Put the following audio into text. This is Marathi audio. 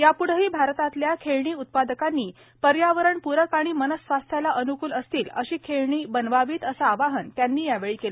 यापुढेही भारतातल्या खेळणी उत्पादकांनी पर्यावरणपूरक आणि मनस्वास्थ्याला अनुकूल असतील अशी खेळणी बनवावीत असं आवाहन त्यांनी केलं